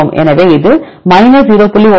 எனவே இது 0